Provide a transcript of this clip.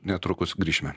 netrukus grįšime